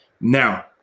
Now